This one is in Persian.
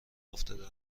افتاده